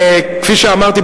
כפי שאמרתי,